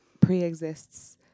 pre-exists